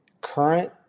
current